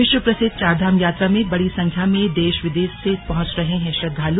विश्व प्रसिद्ध चारधाम यात्रा में बड़ी संख्या में देश विदेश से पहुंच रहे हैं श्रद्वालु